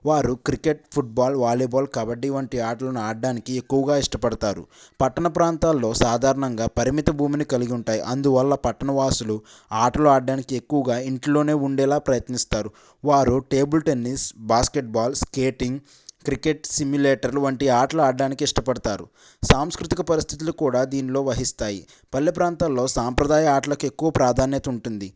వారు cricket football volleyball kabaddi వంటి ఆటలను ఆడడానికి ఎక్కువగా ఇష్టపడతారు పట్టణ ప్రాంతాల్లో సాధారణంగా పరిమిత భూమిని కలిగి ఉంటాయి అందువల్ల పట్టణవాసులు ఆటలు ఆడడానికి ఎక్కువగా ఇంట్లోనే ఉండేలా ప్రయత్నిస్తారు వారు table tennis basketball skating cricket సిమిలేటర్లు వంటి ఆటలు ఆడటానికి ఇష్టపడతారు సాంస్కృతిక పరిస్థితులు కూడా దీనిలో వహిస్తాయి పల్లె ప్రాంతంలో సాంప్రదాయ ఆటలకు ఎక్కువ ప్రాధాన్యత ఉంటుంది